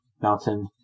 mountain